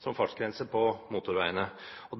som fartsgrense på motorveier.